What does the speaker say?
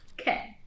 okay